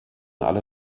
alle